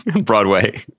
Broadway